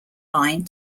line